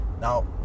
Now